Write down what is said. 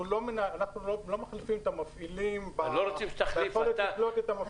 אנחנו לא מחליפים את המפעילים ביכולת לקלוט את הנהגים.